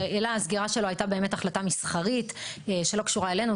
שאלה הסגירה שלו הייתה באמת החלטה מסחרית שלא קשורה אלינו,